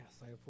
Yes